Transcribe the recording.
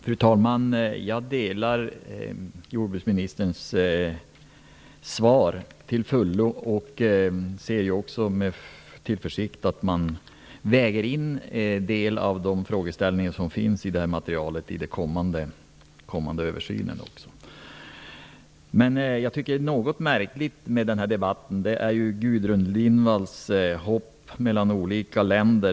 Fru talman! Jag delar till fullo synpunkterna i jordbruksministerns svar. Jag ser med tillförsikt att man väger in en del av de frågeställningar som finns i det här materialet i den kommande översynen. Jag tycker att det märkliga i den här debatten är Gudrun Lindvalls hopp mellan olika länder.